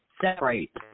separate